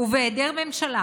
ובהיעדר ממשלה